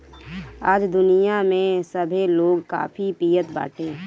आज दुनिया में सभे लोग काफी पियत बाटे